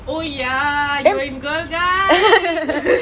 oh ya you were in girl guides